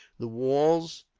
the walls,